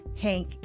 Hank